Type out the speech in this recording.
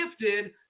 gifted